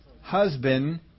husband